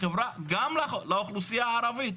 גם לאוכלוסיה הערבית.